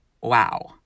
wow